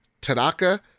tanaka